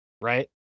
Right